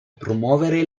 promuovere